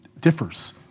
differs